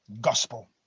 gospel